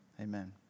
Amen